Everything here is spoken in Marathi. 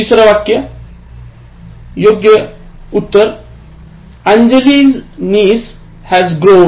तिसरं वाक्य योग्य form Anjali's niece has grown